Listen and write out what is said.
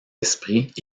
esprits